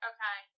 Okay